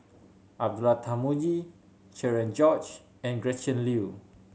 Abdullah Tarmugi Cherian George and Gretchen Liu